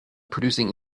producing